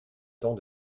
temps